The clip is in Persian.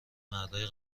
مردای